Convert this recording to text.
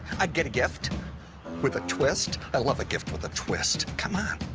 i'd get a gift with a twist. i love a gift with a twist, come on.